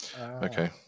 Okay